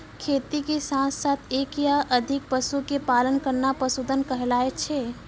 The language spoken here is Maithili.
खेती के साथॅ साथॅ एक या अधिक पशु के पालन करना पशुधन कहलाय छै